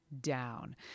down